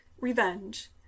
revenge